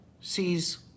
sees